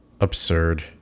absurd